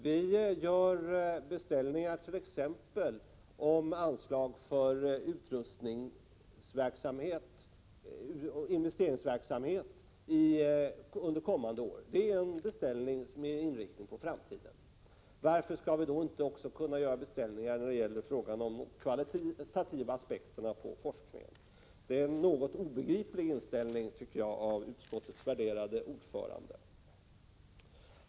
Riksdagen gör beställningar t.ex. om anslag för investeringsverksamhet under kommande år. Det är en beställning med inriktning på framtiden. Varför skulle vi då inte kunna göra beställningar när det gäller de kvalitativa aspekterna på forskningen? Utskottets värderade ordförande har i detta fall en något obegriplig inställning.